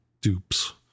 dupes